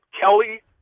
kelly